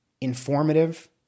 informative